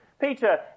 Peter